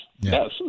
Yes